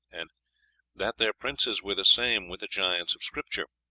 and that their princes were the same with the giants of scripture.